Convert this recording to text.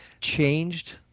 changed—